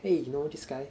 !hey! you know this guy